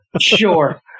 Sure